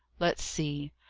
let's see!